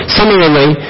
Similarly